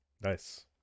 Nice